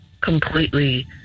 completely